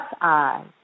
eyes